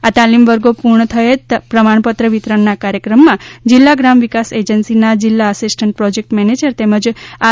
આ તાલીમવર્ગો પૂર્ણ થયે પ્રમાણપત્ર વિતરણના કાર્યક્રમમાં જિલ્લા ગ્રામ વિકાસ એજન્સીના જિલ્લા આસિસ્ટન્ટ પ્રોજેક્ટ મેનેજર તેમજ આર